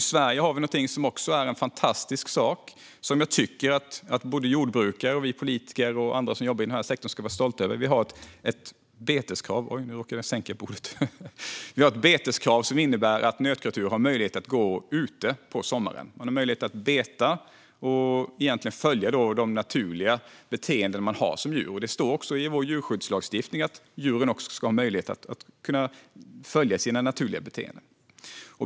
I Sverige har vi en fantastisk sak som jag tycker att jordbrukare, andra som jobbar i jordbrukssektorn och vi politiker ska vara stolta över, nämligen ett beteskrav som innebär att nötkreatur har möjlighet att gå ute på sommaren. De har möjlighet att beta och följa de naturliga beteenden de har som djur. Det står också i vår djurskyddslagstiftning att djuren ska ha möjlighet att leva enligt sina naturliga beteenden.